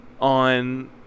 on